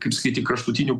kaip sakyti kraštutinių